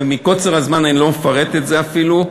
מקוצר הזמן אני לא מפרט את זה אפילו,